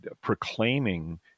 proclaiming